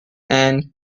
and